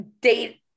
date